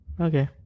Okay